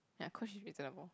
ya Coach is reasonable